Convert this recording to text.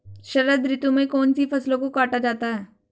शरद ऋतु में कौन सी फसलों को काटा जाता है?